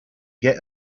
get